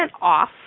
off